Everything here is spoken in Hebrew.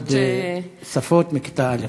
נדמה לי שזו החלטה, ללימוד שפות מכיתה א'.